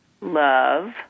love